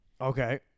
Okay